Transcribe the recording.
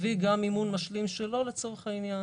יביא גם מימון משלים שלו לצורך העניין.